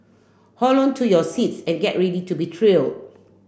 hold on to your seats and get ready to be thrilled